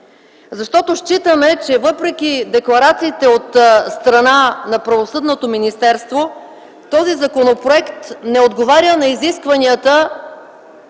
защото считаме, че въпреки декларацията от страна на правосъдното министерство, този законопроект не отговаря на изискванията,